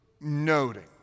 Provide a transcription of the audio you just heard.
noting